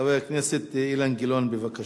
חבר הכנסת אילן גילאון, בבקשה.